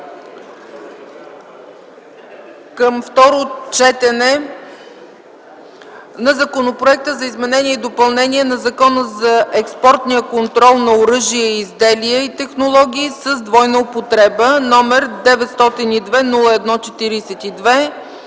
на второ гласуване Законопроекта за изменение и допълнение на Закона за експортния контрол на оръжия, изделия и технологии с двойна употреба. Продължаваме